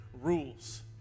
rules